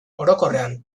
orokorrean